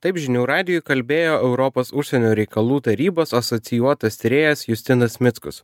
taip žinių radijui kalbėjo europos užsienio reikalų tarybos asocijuotas tyrėjas justinas mickus